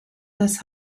des